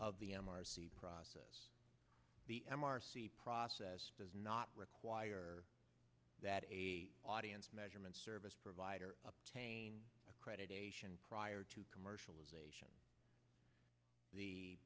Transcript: c process the m r c process does not require that a audience measurement service provider obtain accreditation prior to commercialization the